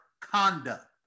conduct